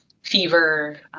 fever